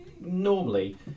normally